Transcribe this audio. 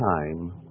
time